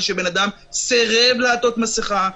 ושבן אדם סרב לעטות מסכה,